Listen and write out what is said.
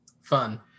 Fun